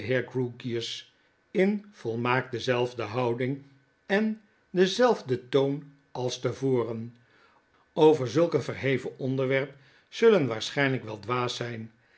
in volmaakt dezelfde houding en op denzelfden toon als te voren over zulk een verheven onderwerp zullen waarschynlyk wel dwaas zyn